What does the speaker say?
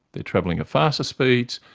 they're travelling at faster speeds,